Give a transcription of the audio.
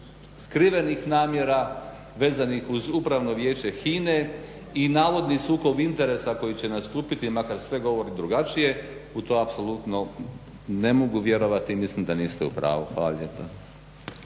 skrivenih namjera vezanih uz Upravno vijeća HINA-e i navodni sukob interesa koji će nastupiti, makar sve govori drugačije, u to apsolutno ne mogu vjerovati i mislim da niste u pravu. Hvala